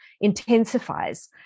intensifies